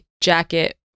jacket